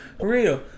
real